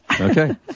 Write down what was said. Okay